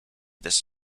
this